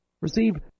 receive